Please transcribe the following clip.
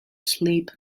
sleep